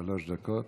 שלוש דקות.